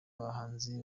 abahanzi